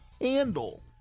handle